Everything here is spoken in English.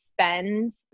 spend